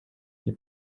qui